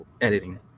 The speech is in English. editing